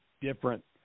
different